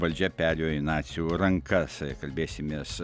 valdžia perėjo į nacių rankas kalbėsimės